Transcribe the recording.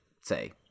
say